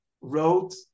wrote